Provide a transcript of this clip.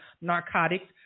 narcotics